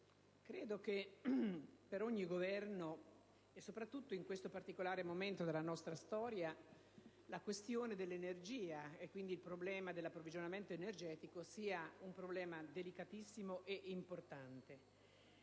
credo che per ogni Governo, e soprattutto in questo particolare momento della nostra storia, la questione dell'energia, e quindi il problema dell'approvvigionamento energetico, sia davvero molto delicata e importante.